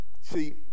See